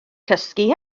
cysgu